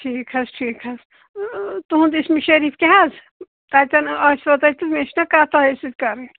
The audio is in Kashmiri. ٹھیٖک حَظ ٹھیٖک حَظ تُہنٛد اِسمہِ شریف کیٛاہ حَظ تتٮ۪ن ٲسوا تُہۍ تہٕ بیٚیہِ چھِ نہ کَتھ تۄہی سۭتۍ کرٕنۍ